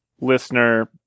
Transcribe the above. listener